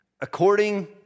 according